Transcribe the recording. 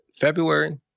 February